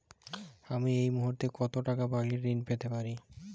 আমি এই মুহূর্তে কত টাকা বাড়ীর ঋণ পেতে পারি?